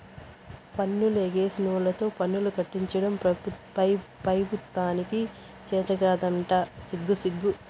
పన్నులు ఎగేసినోల్లతో పన్నులు కట్టించడం పెబుత్వానికి చేతకాదంట సిగ్గుసిగ్గు